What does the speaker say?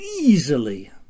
easily